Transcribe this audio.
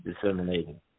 disseminating